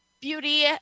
Beauty